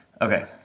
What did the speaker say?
Okay